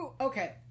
Okay